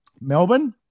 Melbourne